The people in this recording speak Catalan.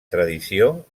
tradició